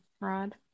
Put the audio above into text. Rod